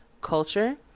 culture